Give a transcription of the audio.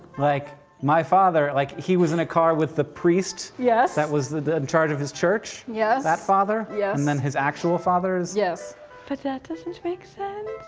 like my father, like he was in a car with the priest yes. that was in charge of his church. yes. that father. yes. and then his actual father is yes. but that doesn't make sense.